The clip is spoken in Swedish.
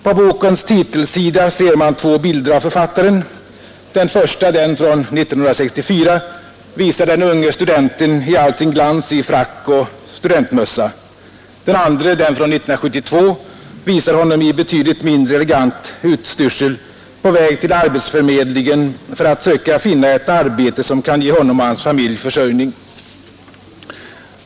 På bokens titelsida ser man två bilder av författaren. Den första, från 1964, visar den unge studenten i all sin glans i frack och studentmössa. Den andra — den är från 1972 — visar honom i betydligt mindre elegant utstyrsel på väg till arbetsförmedlingen för att söka finna ett arbete som kan ge honom och hans familj försörjning.